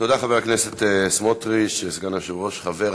תודה, חבר